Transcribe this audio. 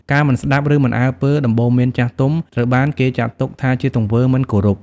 ការមិនស្ដាប់ឬមិនអើពើដំបូន្មានចាស់ទុំ ត្រូវបានគេចាត់ទុកជាទង្វើមិនគោរព។